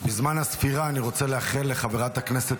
בזמן הספירה אני רוצה לאחל לחברת הכנסת